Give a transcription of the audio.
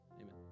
amen